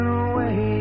away